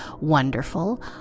wonderful